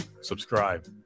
subscribe